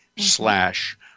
Slash